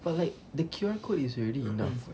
but like the Q_R code is already enough [what]